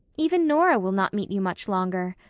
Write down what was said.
even nora will not meet you much longer.